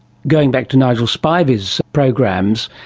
going back to nigel spivey's programs,